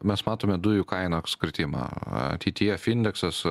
mes matome dujų kainų apskritimą ateityje findeksas